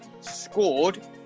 Scored